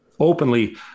openly